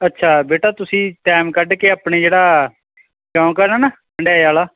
ਅੱਛਾ ਬੇਟਾ ਤੁਸੀਂ ਟਾਈਮ ਕੱਢ ਕੇ ਆਪਣੇ ਜਿਹੜਾ ਚੌਂਕ ਆਉਂਦਾ ਨਾ ਹੁੰਢਾਏ ਵਾਲਾ